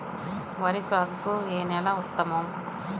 వరి సాగుకు ఏ నేల ఉత్తమం?